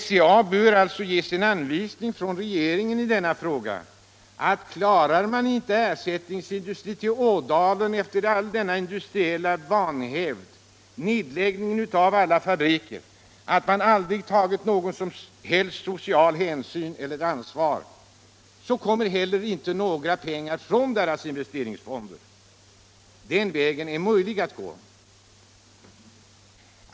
SCA bör ges en anvisning från regeringen i denna fråga: Klarar man inte ersättningsindustri till Ådalen efter all denna industriella vanhävd, som inneburit nedläggningar av fabriker och att man aldrig tagit någon som helst social hänsyn eller ansvar, då skall det inte heller komma några pengar från investeringsfonderna. Den vägen är möjlig att gå.